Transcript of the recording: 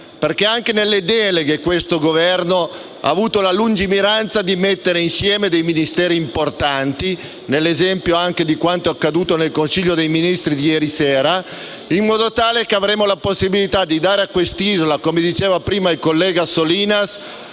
perché anche nelle deleghe questo Governo ha avuto la lungimiranza di mettere insieme dei Ministeri importanti, nell'esempio anche di quanto accaduto nel Consiglio dei ministri di ieri sera, in modo tale che avremo la possibilità di dare a questa isola, come diceva prima il collega Solinas,